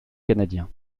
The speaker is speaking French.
canadien